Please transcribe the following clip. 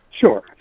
Sure